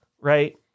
right